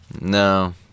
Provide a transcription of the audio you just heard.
No